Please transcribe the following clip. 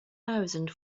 thousand